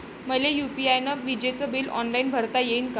मले यू.पी.आय न विजेचे बिल ऑनलाईन भरता येईन का?